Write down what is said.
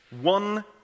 one